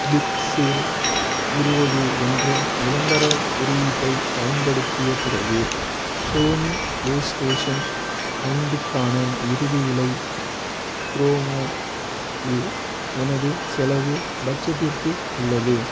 big sale இருபது என்ற விளம்பரக் குறியீட்டை பயன்படுத்திய பிறகு சோனி ப்ளே ஸ்டேஷன் ஐந்து க்கான இறுதி விலை க்ரோமோ இல் எனது செலவு பட்ஜெட்டிற்கு உள்ளது